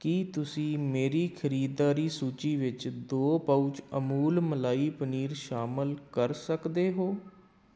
ਕੀ ਤੁਸੀਂ ਮੇਰੀ ਖਰੀਦਦਾਰੀ ਸੂਚੀ ਵਿੱਚ ਦੋ ਪਾਊਚ ਅਮੁਲ ਮਲਾਈ ਪਨੀਰ ਸ਼ਾਮਲ ਕਰ ਸਕਦੇ ਹੋ